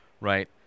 right